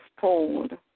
told